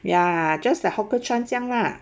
ya just like hawker chan 这样啦